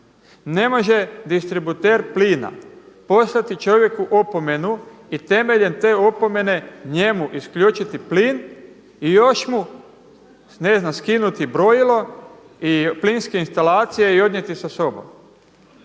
ne može distributer plina poslati čovjeku opomenu i temeljem te opomene njemu isključiti plin i još mu ne znam skinuti brojilo i plinske instalacije i odnijeti sa sobom.